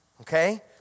Okay